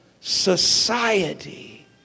society